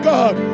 God